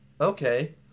okay